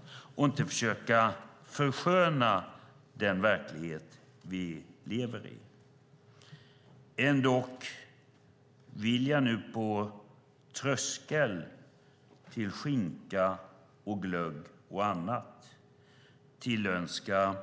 Han borde inte försöka försköna den verklighet vi lever i. Ändock vill jag nu på tröskeln till skinka, glögg och annat tillönska